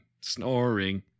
snoring